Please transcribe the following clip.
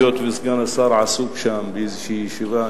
היות שסגן השר עסוק שם באיזו ישיבה,